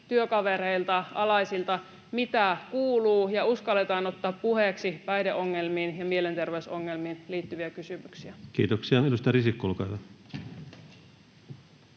työkavereilta, alaisilta, ”mitä kuuluu” ja uskalletaan ottaa puheeksi päihdeongelmiin ja mielenterveysongelmiin liittyviä kysymyksiä. [Speech 67] Speaker: Ensimmäinen